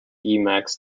emacs